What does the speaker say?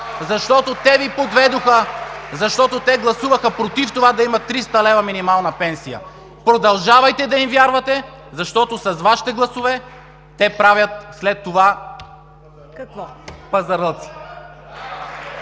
Защото те Ви подведоха, защото те гласуваха против това да има 300 лв. минимална пенсия. Продължавайте да им вярвате, защото с Вашите гласове те правят след това…